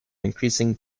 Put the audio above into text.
increasing